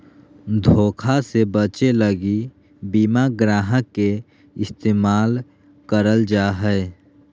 धोखा से बचे लगी बीमा ग्राहक के इस्तेमाल करल जा हय